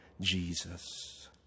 Jesus